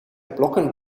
blokken